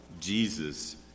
Jesus